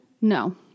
No